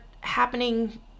happening